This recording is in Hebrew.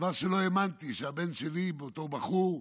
דבר שלא האמנתי, שהבן שלי, עם אותו בחור,